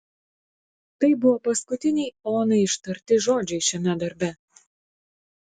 tai buvo paskutiniai onai ištarti žodžiai šiame darbe